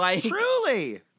Truly